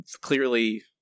clearly